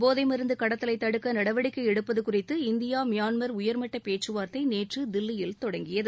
போதை மருந்து கடத்தலை தடுக்க நடவடிக்கை எடுப்பது குறித்து இந்தியா மியான்மர் உயர்மட்ட பேச்சுவார்த்தை நேற்று தில்லியில் தொடங்கியது